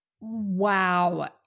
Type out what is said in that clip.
Wow